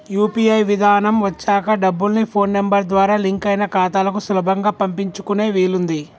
UPI విధానం వచ్చాక డబ్బుల్ని ఫోన్ నెంబర్ ద్వారా లింక్ అయిన ఖాతాలకు సులభంగా పంపించుకునే వీలుంది